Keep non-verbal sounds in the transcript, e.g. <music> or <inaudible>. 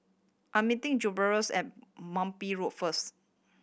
I'm meeting <unintelligible> at Munbi Road first